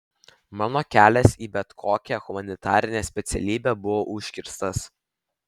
mano kelias į bet kokią humanitarinę specialybę buvo užkirstas